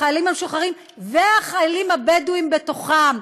החיילים המשוחררים והחיילים הבדואים בתוכם,